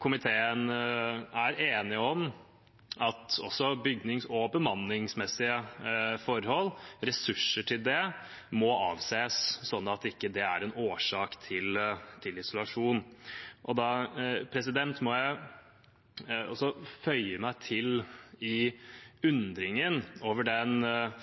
Komiteen er enig om at også ressurser til bygnings- og bemanningsmessige forhold må avses, sånn at ikke det er en årsak til isolasjon. Jeg må slutte meg til undringen over den